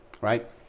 right